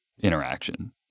interaction